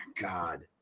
God